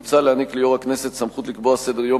מוצע להעניק ליושב-ראש הכנסת סמכות לקבוע סדר-יום